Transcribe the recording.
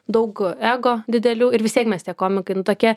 daug ego didelių ir vis tiek mes tie komikai nu tokie